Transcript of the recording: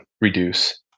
reduce